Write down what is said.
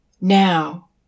Now